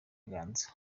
ganza